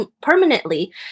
permanently